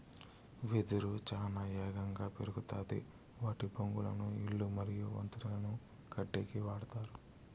వెదురు చానా ఏగంగా పెరుగుతాది వాటి బొంగులను ఇల్లు మరియు వంతెనలను కట్టేకి వాడతారు